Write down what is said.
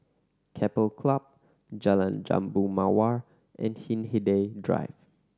Keppel Club Jalan Jambu Mawar and Hindhede Drive